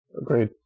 Agreed